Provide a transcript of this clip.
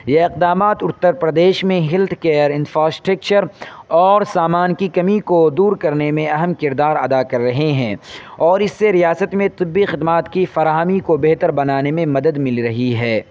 یہ اقدامات اتر پردیش میں ہیلتھ کیئر افراسٹرکچر اور سامان کی کمی کو دور کرنے میں اہم کردار ادا کر رہے ہیں اور اس سے ریاست میں طبی خدمات کی فراہمی کو بہتر بنانے میں مدد مل رہی ہے